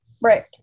Right